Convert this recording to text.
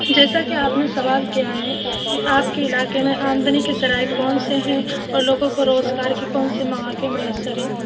جیسا کہ آپ نے سوال کیا ہے کہ آپ کے علاقے میں آمدنی کے ذرائع کون سے ہیں اور لوگوں کو روزگار کے کون سے مواقع میسر ہیں